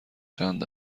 چند